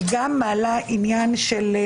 למשל,